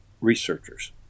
researchers